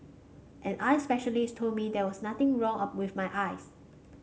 an eye specialist told me there was nothing wrong of with my eyes